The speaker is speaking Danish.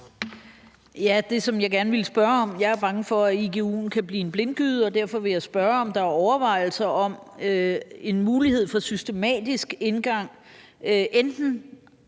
Jette Gottlieb (EL): Jeg er bange for, at igu'en kan blive en blindgyde, og derfor vil jeg spørge, om der er overvejelser om en mulighed for en systematisk indgang, enten